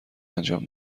انجام